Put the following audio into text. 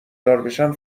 داربشم